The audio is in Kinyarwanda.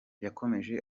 yakomeje